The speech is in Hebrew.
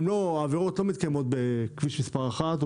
העבירות לא מתקיימות בכביש מספר 1 או